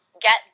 get